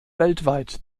weltweit